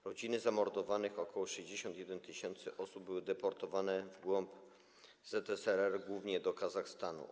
Rodziny zamordowanych - ok. 61 tys. osób - były deportowane w głąb ZSRR, głównie do Kazachstanu.